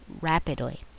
rapidly